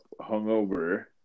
hungover